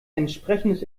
entsprechendes